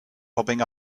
bobbing